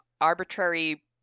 arbitrary